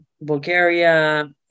Bulgaria